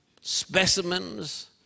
specimens